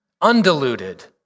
undiluted